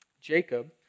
Jacob